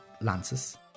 lances